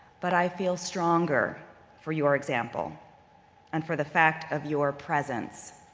but i feel stronger for your example and for the fact of your presence.